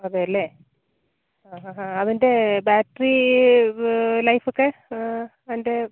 അതെയല്ലേ ഹഹഹാ അതിന്റെ ബാട്രി ലൈഫ് ഒക്കെ അതിന്റെ